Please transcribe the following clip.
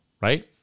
right